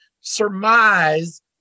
surmise